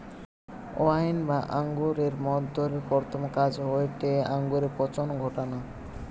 wine বা আঙুরের মদ তৈরির প্রথম কাজ হয়টে আঙুরে পচন ঘটানা